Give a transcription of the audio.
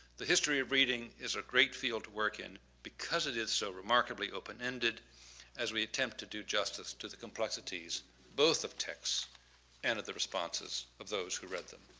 the history of reading is a great field to work in because it is so remarkably open-ended as we attempt to do justice to the complexities both of text and of the responses of those who read them.